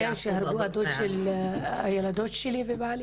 כן, שהרגו את הדוד של הילדות שלי ובעלי.